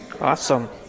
Awesome